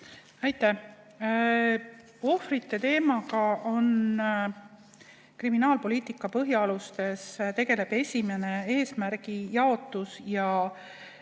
Aitäh! Ohvrite teemaga kriminaalpoliitika põhialustes tegeleb esmane eesmärgijaotus.